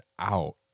out